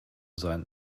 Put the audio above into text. sein